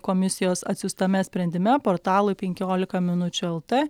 komisijos atsiųstame sprendime portalui penkiolika minučių lt